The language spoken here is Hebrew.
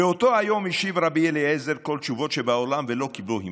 "באותו יום השיב רבי אליעזר כל תשובות שבעולם ולא קיבלו הימנו.